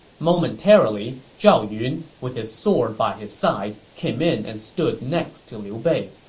momentarily, zhao yun, with his sword by his side, came in and stood next to liu bei